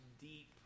deep